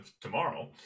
tomorrow